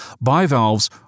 Bivalves